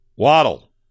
Waddle